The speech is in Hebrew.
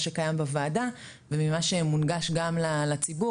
שקיים בוועדה וממה שמונגש גם לציבור,